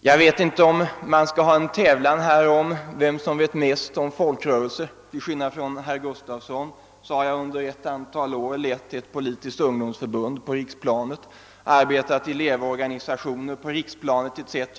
Jag vet inte om man här skall anordna en tävlan om vem som vet mest om folkrörelser. Till skillnad från herr Gustavsson har jag under ett antal år lett ett politiskt ungdomsförbund på riksplanet, arbetat i elevorganisationer på riksplanet etc.